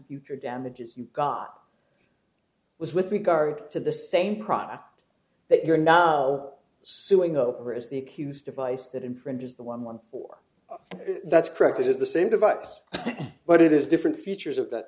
future damages you got was with regard to the same product that you're now suing over as the accused device that infringes the one one four that's correct it is the same device but it is different features of that